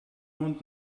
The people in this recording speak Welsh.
ond